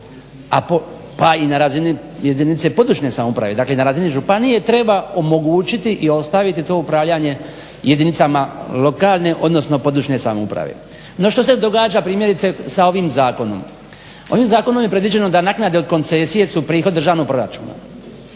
pa i na razini područne samouprave, dakle na razini županije treba omogućiti i ostaviti to upravljanje jedinicama lokalne odnosno područne samouprave. No što se događa primjerice sa ovim zakonom? Ovim zakonom je predviđeno da naknade od koncesije su prihod državnom proračunu